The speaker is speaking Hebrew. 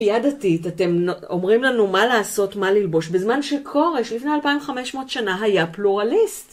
כפייה דתית, אתם אומרים לנו מה לעשות, מה ללבוש, בזמן שכורש, לפני 2500 שנה, היה פלורליסט.